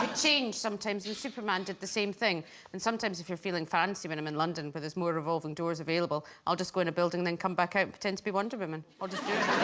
change sometimes and superman did the same thing and sometimes if you're feeling fancy when i'm in london where there's more revolving doors available i'll just go in a building then come back out pretend to be wonder woman. i'll just